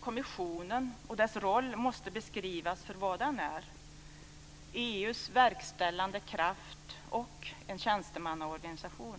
kommissionen och dess roll måste beskrivas för vad den är - EU:s verkställande kraft och en tjänstemannaorganisation.